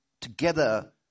together